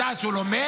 ואת יודעת שהוא לומד,